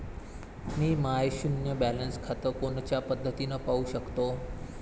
मी माय शुन्य बॅलन्स खातं कोनच्या पद्धतीनं पाहू शकतो?